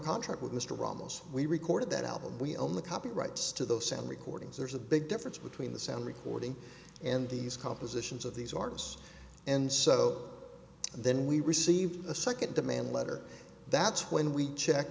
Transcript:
contract with mr ramos we recorded that album we own the copyrights to the sound recordings there's a big difference between the sound recording and these compositions of these artists and so then we received a second demand letter that's when we check